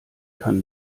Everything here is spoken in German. kann